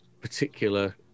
particular